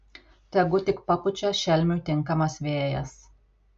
tegul tik papučia šelmiui tinkamas vėjas